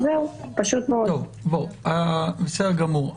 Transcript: בסדר גמור.